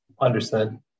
Understood